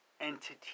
entity